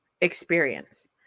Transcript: experience